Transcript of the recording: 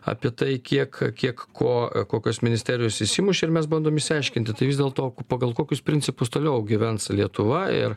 apie tai kiek kiek ko kokios ministerijos įsimušė ir mes bandom išsiaiškinti tai vis dėlto pagal kokius principus toliau gyvens lietuva ir